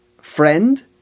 friend